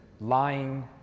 lying